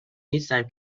نیستم